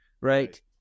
right